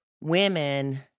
women